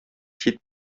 чит